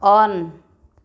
on